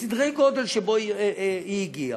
בסדרי גודל שבהם היא הגיעה.